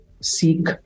seek